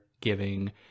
giving